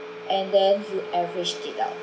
and then you average it out